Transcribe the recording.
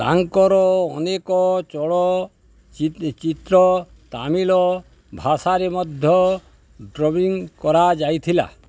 ତାଙ୍କର ଅନେକ ଚଳ ଚ୍ଚିତ୍ର ତାମିଲ ଭାଷାରେ ମଧ୍ୟ ଡବିଂ କରାଯାଇଥିଲା